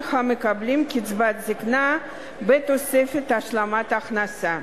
המקבלים קצבת זיקנה בתוספת השלמת הכנסה.